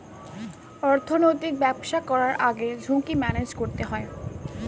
অর্থনৈতিক ব্যবসা করার আগে ঝুঁকি ম্যানেজ করতে হয়